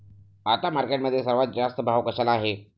आता मार्केटमध्ये सर्वात जास्त कशाला भाव आहे?